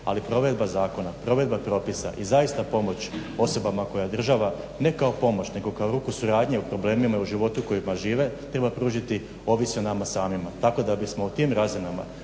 ali provedba zakona, provedba propisa i zaista pomoć osobama koje država ne kao pomoć nego kao ruku suradnje u problemima u životima koje žive treba pružiti ovisi o nama samima. Tako da bismo u tim razinama